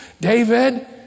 David